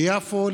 ביפו.